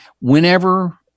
whenever